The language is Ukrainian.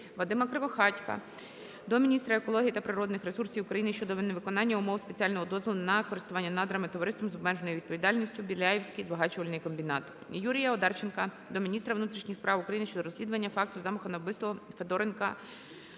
ВадимаКривохатька до міністра екології та природних ресурсів України щодо невиконання умов Спеціального дозволу на користування надрами Товариством з обережною відповідальністю "Біляївський збагачувальний комбінат". ЮріяОдарченка до міністра внутрішніх справ України щодо розслідування факту замаху на вбивство Федоренка